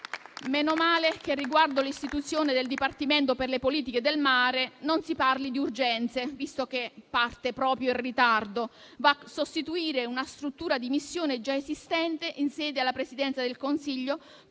Meno male che riguardo all'istituzione del dipartimento per le politiche del mare non si parla di urgenze, visto che parte proprio in ritardo. Va a sostituire una struttura di missione già esistente in seno alla Presidenza del Consiglio,